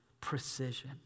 precision